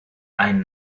ein